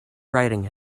writing